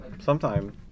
sometime